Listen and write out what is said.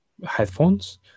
headphones